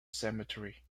cemetery